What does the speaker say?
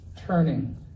turning